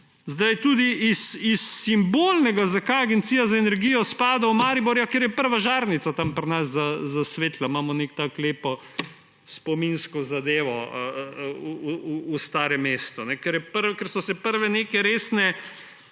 Tudi iz simbolnega, zakaj agencija za energijo spada v Maribor, ja, ker je prva žarnica tam pri nas zasvetila. Imamo neko tako lepo spominsko zadevo v starem mestu. Ker so se prve resne